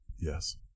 Yes